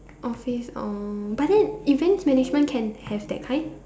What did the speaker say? office uh but then events management can have that kind